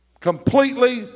Completely